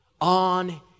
on